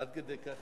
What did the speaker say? אדוני היושב-ראש,